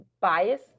bias